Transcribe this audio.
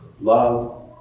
love